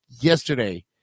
yesterday